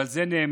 ועל זה נאמר: